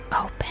open